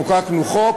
חוקקנו חוק